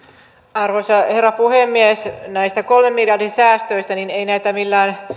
arvoisa herra puhemies näistä kolmen miljardin säästöistä ei näitä millään ole